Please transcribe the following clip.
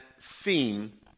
theme